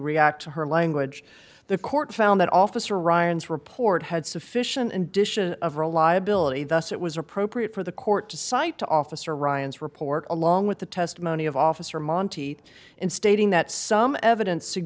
react to her language the court found that officer ryan's report had sufficient condition of reliability thus it was appropriate for the court to cite to officer ryan's report along with the testimony of officer monti in stating that some evidence